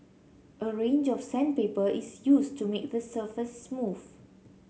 a range of sandpaper is used to make the surface smooth